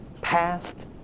past